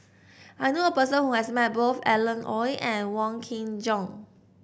I know a person who has met both Alan Oei and Wong Kin Jong